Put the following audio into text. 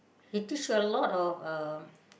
he teach a lot of uh